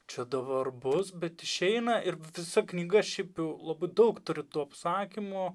čia dabar bus bet išeina ir visa knyga šiaip jau labai daug turi tų apsakymų